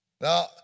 Now